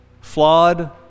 flawed